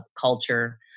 culture